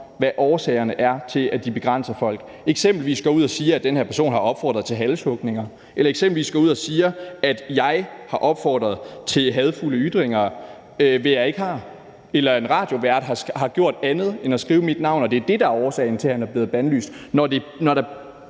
hvad årsagerne er til, at de begrænser folk – at de eksempelvis går ud og siger, at den her person har opfordret til halshugninger, eller eksempelvis går ud og siger, at jeg har opfordret til hadefulde ytringer, hvilket jeg ikke har, eller at en radiovært har gjort andet end at skrive mit navn, og at det er det, der er årsagen til, at han er blevet bandlyst,